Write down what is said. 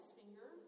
finger